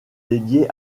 dédiée